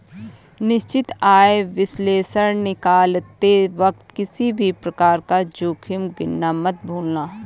निश्चित आय विश्लेषण निकालते वक्त किसी भी प्रकार का जोखिम गिनना मत भूलना